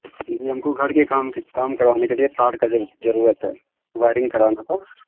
جی ہم کو گھر کے کام کام کروانے کے لیے تار کا ضرورت ہے وائرنگ کرانا تھا